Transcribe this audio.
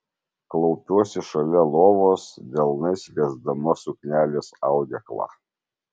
klaupiuosi šalia lovos delnais liesdama suknelės audeklą